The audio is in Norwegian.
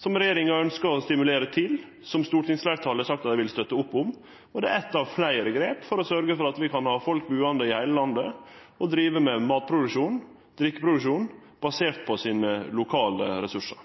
som regjeringa ønskjer å stimulere til, og som stortingsfleirtalet har sagt at dei vil støtte opp om. Det er eit av fleire grep for å sørgje for at vi kan ha folk buande i heile landet, og drive med mat- og drikkeproduksjon basert på lokale ressursar.